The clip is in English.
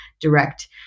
direct